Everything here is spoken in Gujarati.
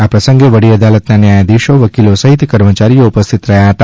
આ પ્રસંગે વડી દાલતના ન્યાયાધીશો વકીલો સહિત કર્મચારીઓ ઉપસ્થિત રહ્યા હતા